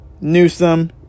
Newsom